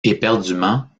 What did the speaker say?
éperdument